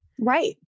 right